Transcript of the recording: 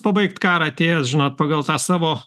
pabaigt karą atėjęs žinot pagal tą savo